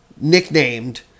nicknamed